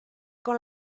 con